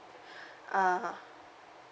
ah